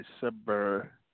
December